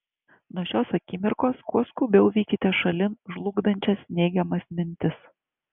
nuo šios akimirkos kuo skubiau vykite šalin žlugdančias neigiamas mintis